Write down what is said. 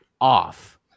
off